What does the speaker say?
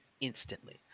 instantly